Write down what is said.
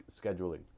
scheduling